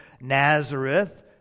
Nazareth